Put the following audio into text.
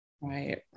Right